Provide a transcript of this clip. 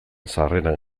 sarreran